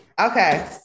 Okay